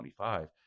25